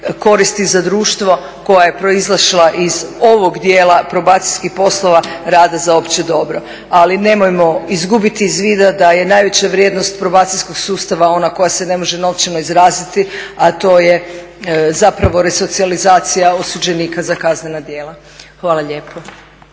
koristi za društvo koja je proizašla iz ovog dijela probacijskih poslova rada za opće dobro. Ali nemojmo izgubiti iz vida da je najveća vrijednost probacijskog sustava ona koja se ne može novčano izraziti, a to je zapravo resocijalizacija osuđenika za kaznena djela. Hvala lijepo.